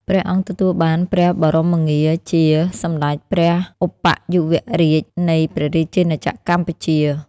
ព្រះអង្គទទួលបានព្រះបមងារជា "សម្ដេចព្រះឧបយុវរាជនៃព្រះរាជាណាចក្រកម្ពុជា"។